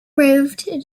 moved